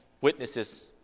witnesses